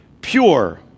pure